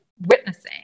witnessing